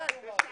בשעה